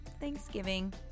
Thanksgiving